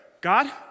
God